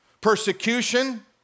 persecution